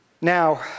Now